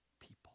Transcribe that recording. people